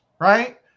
right